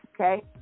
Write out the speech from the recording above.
Okay